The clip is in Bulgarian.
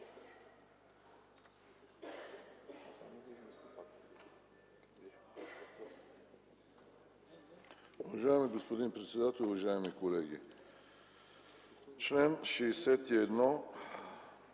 Уважаеми господин председател, уважаеми колеги! Член 61